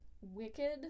wicked